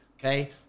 okay